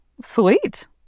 Sweet